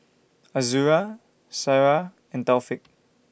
Azura Sarah and Taufik